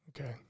Okay